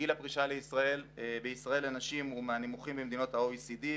גיל הפרישה לנשים בישראל הוא מהנמוכים במדינות ה-OECD,